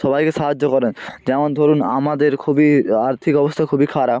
সবাইকে সাহায্য করেন যেমন ধরুন আমাদের খুবই আর্থিক অবস্থা খুবই খারাপ